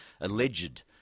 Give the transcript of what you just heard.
alleged